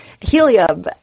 helium